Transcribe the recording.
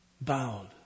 bowed